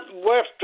worth